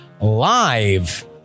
live